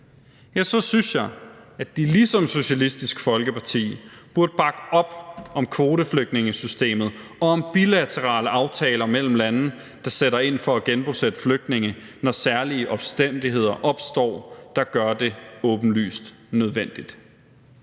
så synes jeg, at de ligesom Socialistisk Folkeparti burde bakke op om kvoteflygtningesystemet og om bilaterale aftaler mellem lande, der sætter ind for at genbosætte flygtninge, når særlige omstændigheder opstår, som gør det åbenlyst nødvendigt.